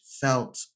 felt